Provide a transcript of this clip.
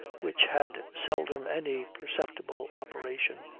which had seldom any perceptible operation.